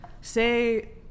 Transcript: say